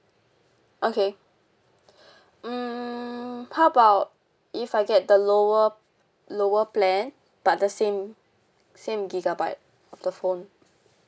okay hmm how about if I get the lower lower plan but the same same gigabyte of the phone